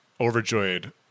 overjoyed